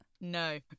no